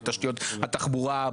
בתשתיות התחבורה,